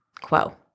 quo